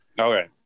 Okay